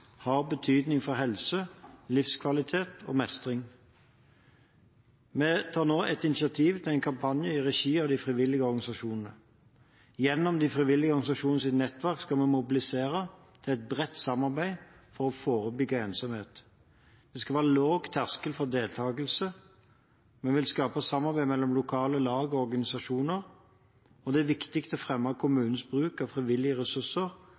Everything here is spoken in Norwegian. har betydning for helse, livskvalitet og mestring. Vi tar nå et initiativ til en kampanje i regi av de frivillige organisasjonene. Gjennom de frivillige organisasjonenes nettverk skal vi mobilisere til et bredt samarbeid for å forebygge ensomhet. Det skal være lav terskel for deltakelse. Vi vil skape samarbeid mellom lokale lag og organisasjoner, og det er viktig å fremme kommunenes bruk av frivillige ressurser